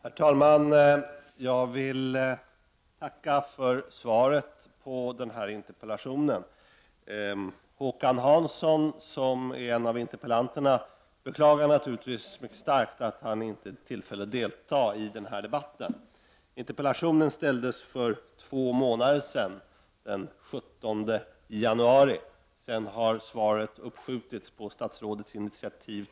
Herr talman! Jag vill tacka för svaret på interpellationen. Håkan Hansson, som är en av interpellanterna, beklagar naturligtvis mycket starkt att han inte har tillfälle att delta i den här debatten. Interpellationen ställdes för två månader sedan, den 17 januari. Sedan har besvarandet uppskjutits tre gånger på statsrådets initiativ.